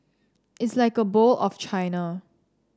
it's like a bowl of China